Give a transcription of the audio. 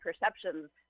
perceptions